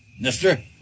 Mister